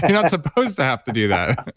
and not supposed to have to do that